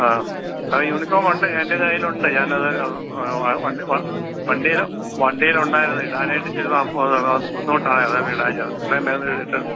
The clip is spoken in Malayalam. ആ അത് യൂണിഫോമൊണ്ട് എന്റെ കൈയ്യിലുണ്ട് ഞാനത് വൺ വ വണ്ടീൽ വണ്ടീലുണ്ടായിരുന്നു ഇടാനായിട്ട് ഇച്ചിരി താ ബുദ്ധിമുട്ടാണ് അതാര്ന്നിടാഞ്ഞത് എത്രെയും വേഗമിത്